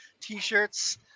t-shirts